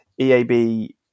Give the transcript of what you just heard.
EAB